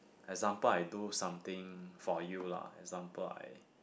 example I do something for you lah example I